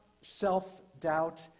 self-doubt